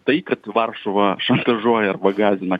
tai kad varšuva šantažuoja arba gąsdina